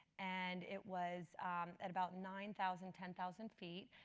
and it was at about nine thousand, ten thousand feet,